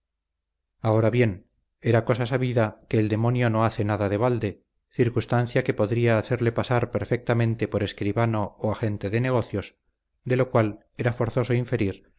ahora bien era cosa sabida que el demonio no hace nada de balde circunstancia que podría hacerle pasar perfectamente por escribano o agente de negocios de lo cual era forzoso inferir